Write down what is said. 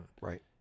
Right